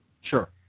Sure